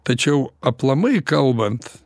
tačiau aplamai kalbant